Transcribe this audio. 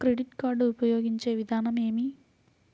Credit card ఉపయోగించే విధానం ఏమి?